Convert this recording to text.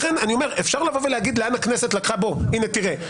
גלעד, תראה.